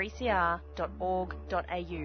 3cr.org.au